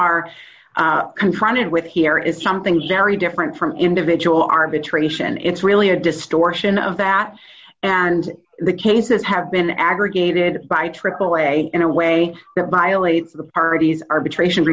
are confronted with here is something very different from individual arbitration it's really a distortion of that and the cases have been aggregated by aaa in a way that violates the party's arbitration